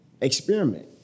experiment